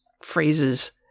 phrases